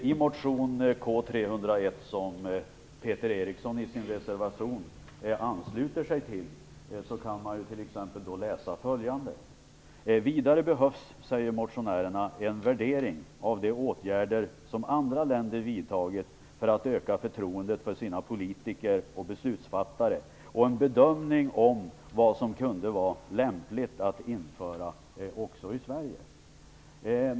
I motion K301, som Peter Eriksson i sin reservation ansluter sig till, kan man t.ex. läsa följande: "Vidare behövs en värdering av de åtgärder som andra länder vidtagit för att öka förtroendet för sina politiker och beslutsfattare och en bedömning av vad som kunde vara lämpligt att införa också i Sverige."